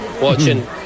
watching